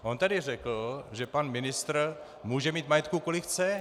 On tady řekl, že pan ministr může mít majetku, kolik chce.